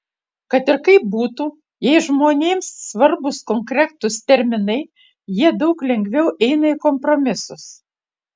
kad ir kaip būtų jei žmonėms svarbūs konkretūs terminai jie daug lengviau eina į kompromisus